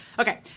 Okay